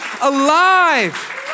alive